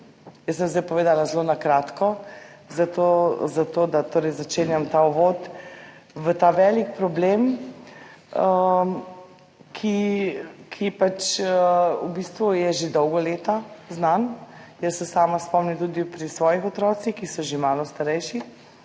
Jaz sem zdaj povedala zelo na kratko zato, da začnem uvod v ta velik problem, ki je v bistvu že dolga leta znan. Jaz se spomnim tudi pri svojih otrocih, ki so že malo starejši,